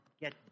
get